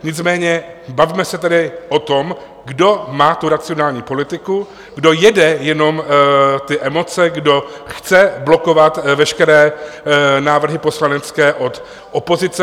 Nicméně bavme se tedy o tom, kdo má tu racionální politiku, kdo jede jenom emoce, kdo chce blokovat veškeré návrhy poslanecké od opozice.